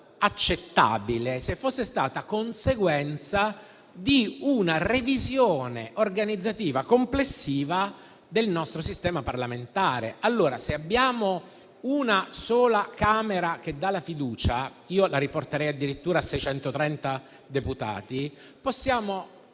accettabile se fosse stata conseguenza di una revisione organizzativa complessiva del nostro sistema parlamentare. Se una sola Camera desse la fiducia (e io la riporterei addirittura a 630 deputati) potremmo